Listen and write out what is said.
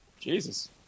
Jesus